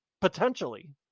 potentially